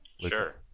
sure